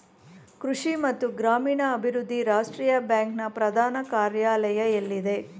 ಕೃಷಿ ಮತ್ತು ಗ್ರಾಮೀಣಾಭಿವೃದ್ಧಿ ರಾಷ್ಟ್ರೀಯ ಬ್ಯಾಂಕ್ ನ ಪ್ರಧಾನ ಕಾರ್ಯಾಲಯ ಎಲ್ಲಿದೆ?